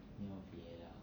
没有别的